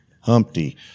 Humpty